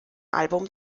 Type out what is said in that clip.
album